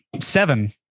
seven